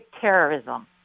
terrorism